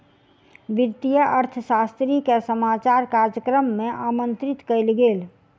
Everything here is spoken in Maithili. वित्तीय अर्थशास्त्री के समाचार कार्यक्रम में आमंत्रित कयल गेल